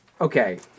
Okay